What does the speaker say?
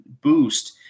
boost